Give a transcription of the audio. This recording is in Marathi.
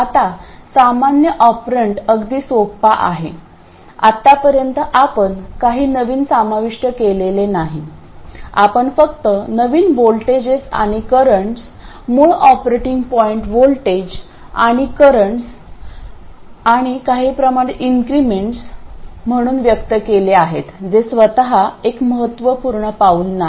आता सामान्य ऑपरेन्ट अगदी सोपा आहे आतापर्यंत आपण काही नवीन समाविष्ट केलेले नाही आपण फक्त नवीन व्होल्टेजेस आणि करंट्सvoltages currents मूळ ऑपरेटिंग पॉईंट व्होल्टेज आणि करंट्सoperating point voltages currents आणि काही प्रमाणात इनक्रीमेंट्स म्हणून व्यक्त केले आहेत जे स्वतः एक महत्त्वपूर्ण पाऊल नाही